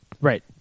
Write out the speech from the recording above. Right